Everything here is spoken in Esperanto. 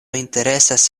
interesas